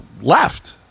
left